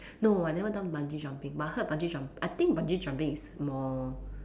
no I never done bungee jumping but I heard bungee jump I think bungee jumping is more